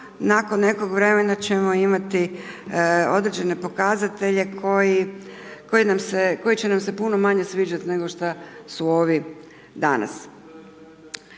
nakon nekog vremena ćemo imati određene pokazatelje koji nam se, koji će nam se puno manje sviđati, nego što su ovi danas.